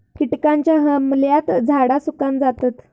किटकांच्या हमल्यात झाडा सुकान जातत